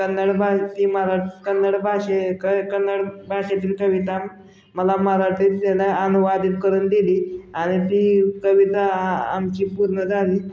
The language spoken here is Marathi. कन्नड बा ती मरा कन्नड भाषे क कन्नड भाषेतील कविता मला मराठीत तेन अनुवादित करून दिली आणि ती कविता आ आमची पूर्ण झाली